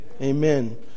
Amen